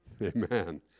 Amen